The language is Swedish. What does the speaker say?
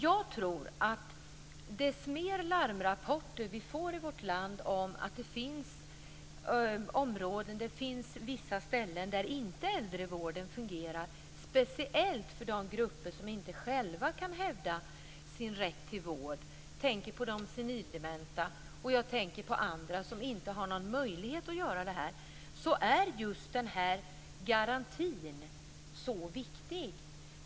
Ju fler larmrapporter det kommer i vårt land om att det finns områden där äldrevården inte fungerar, speciellt bland grupper som själva inte kan hävda en rätt till vård - senildementa och andra - desto mer framgår det att garantin är så viktig.